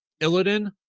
Illidan